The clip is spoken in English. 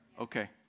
Okay